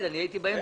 395,